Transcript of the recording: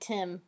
Tim